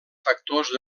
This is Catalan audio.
factors